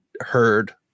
heard